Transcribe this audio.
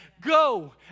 Go